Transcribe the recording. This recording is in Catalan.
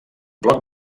bloc